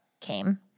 came